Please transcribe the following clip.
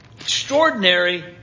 Extraordinary